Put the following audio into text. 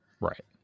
right